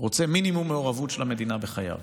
רוצה מינימום מעורבות של המדינה בחייו.